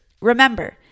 remember